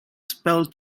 spell